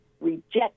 reject